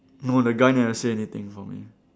no the guy never say anything for me